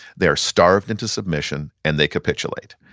they're starved into submission, and they capitulate.